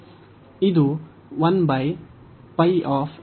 ಇದು ಹೀಗಿರುತ್ತದೆ cos y ಮತ್ತು ನಂತರ 0 ರಿಂದ π y